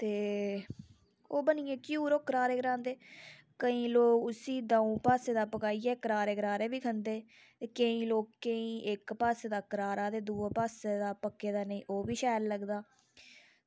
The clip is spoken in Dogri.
ते ओह् बनिये घ्यूर ओह् करारे करांदे केईं लोक उस्सी दं'ऊ पास्से दा पकाइयै करारे करारे बी खंदे ते केईं लोक केईं इक पास्से दा करारा ते दूऐ पास्से दा पक्के दा नेईं ओह्बी शैल लगदा